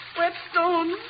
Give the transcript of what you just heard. Whetstone